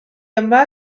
yma